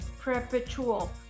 perpetual